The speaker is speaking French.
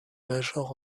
major